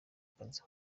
kazi